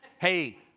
Hey